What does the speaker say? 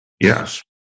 Yes